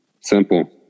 simple